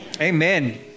Amen